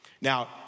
Now